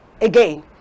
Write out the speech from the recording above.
again